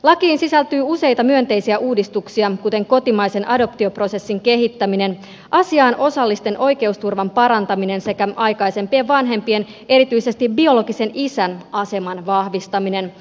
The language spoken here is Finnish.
lakiin sisältyy useita myönteisiä uudistuksia kuten kotimaisen adoptioprosessin kehittäminen asiaan osallisten oikeusturvan parantaminen sekä aikaisempien vanhempien erityisesti biologisen isän aseman vahvistaminen